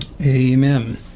Amen